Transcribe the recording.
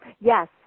Yes